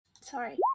Sorry